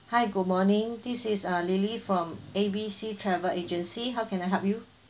hi good morning this is uh lily from A B C travel agency how can I help you